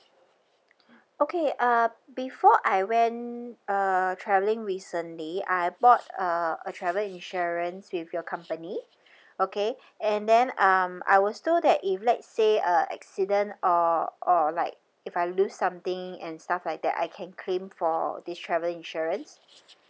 okay uh before I went uh travelling recently I bought a a travel insurance with your company okay and then um I was told that if let's say a accident or or like if I lose something and stuff like that I can claim for this travel insurance